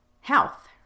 health